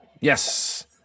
Yes